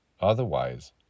Otherwise